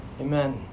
Amen